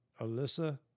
Alyssa